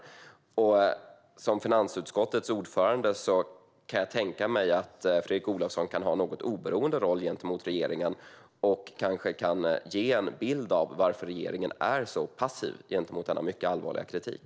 Jag kan tänka mig att Fredrik Olovsson som finansutskottets ordförande kan ha en något oberoende roll gentemot regeringen och kanske kan ge en bild av varför regeringen är så passiv gentemot denna mycket allvarliga kritik.